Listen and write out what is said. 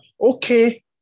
okay